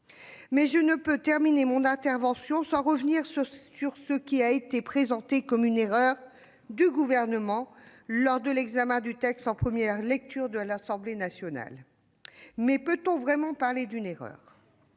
je ne peux terminer mon intervention sans revenir sur ce qui a été présenté comme une « erreur » du Gouvernement lors de l'examen du texte en première lecture à l'Assemblée nationale. Peut-on vraiment parler d'« erreur »